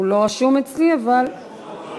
הוא לא רשום אצלי, אבל,